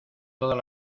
todas